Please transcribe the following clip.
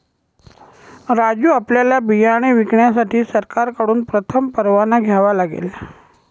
राजू आपल्याला बियाणे विकण्यासाठी सरकारकडून प्रथम परवाना घ्यावा लागेल